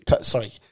Sorry